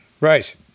right